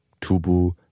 tubu